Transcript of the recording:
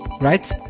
right